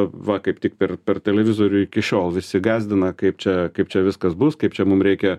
va kaip tik per per televizorių iki šiol visi gąsdina kaip čia kaip čia viskas bus kaip čia mum reikia